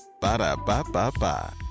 Ba-da-ba-ba-ba